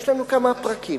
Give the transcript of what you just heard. יש לנו כמה פרקים.